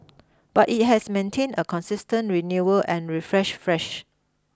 but it has maintained a consistent renewal and refresh fresh